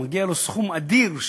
מגיע לו סכום אדיר,